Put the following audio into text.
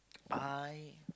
I